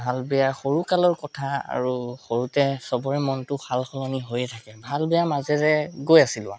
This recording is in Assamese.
ভাল বেয়া সৰুকালৰ কথা আৰু সৰুতে সবৰে মনটো সাল সলনি হৈয়ে থাকে ভাল বেয়াৰ মাজেৰে গৈ আছিলোঁ